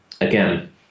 again